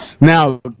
Now